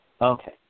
Okay